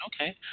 Okay